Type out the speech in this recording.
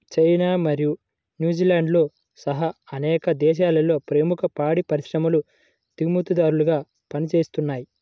China మరియు న్యూజిలాండ్తో సహా అనేక దేశాలలో ప్రముఖ పాడి పరిశ్రమలు దిగుమతిదారులుగా పనిచేస్తున్నయ్